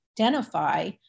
identify